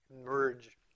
emerge